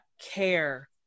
care